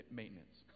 maintenance